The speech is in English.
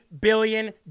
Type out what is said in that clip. billion